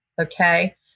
Okay